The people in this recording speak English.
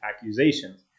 accusations